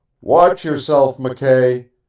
watch yourself, mckay.